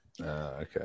Okay